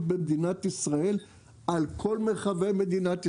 במדינת ישראל על כל מרחבי מדינת ישראל,